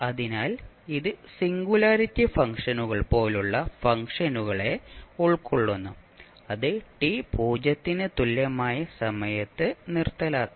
അതിനാൽ ഇത് സിംഗുലാരിറ്റി ഫംഗ്ഷനുകൾ പോലുള്ള ഫംഗ്ഷനുകളെ ഉൾക്കൊള്ളുന്നു അത് ടി 0 ന് തുല്യമായ സമയത്ത് നിർത്തലാക്കാം